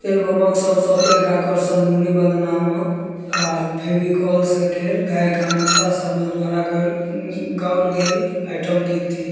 एलबमक सबसँ पैघ आकर्षण मुन्नी बदनामक आओर फेविकॉल से केर गायिका ममता शर्मा द्वारा गाउल गाउल गेल आइटम गीत थी